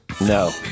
No